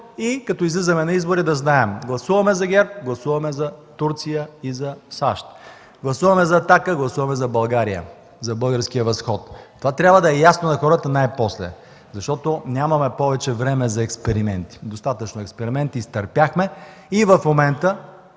Когато излизаме на избори, да знаем: гласуваме за ГЕРБ – гласуваме за Турция и за САЩ, гласуваме за „Атака” – гласуваме за България, за българския възход. Това трябва да е ясно на хората най-после, защото нямаме повече време за експерименти. Достатъчно експерименти изтърпяхме. В момента